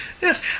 Yes